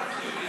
כבוד היושב-ראש,